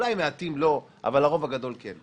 אולי מעטים לא, אבל הרוב הגדול כן.